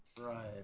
Right